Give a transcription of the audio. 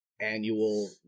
annual